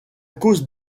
cause